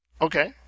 Okay